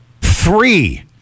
three